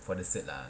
for the cert lah